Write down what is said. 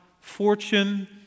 fortune